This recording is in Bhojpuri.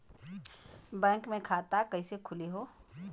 बैक मे खाता कईसे खुली हो?